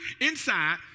inside